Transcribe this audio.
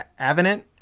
Avenant